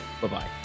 Bye-bye